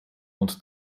und